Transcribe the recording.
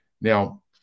Now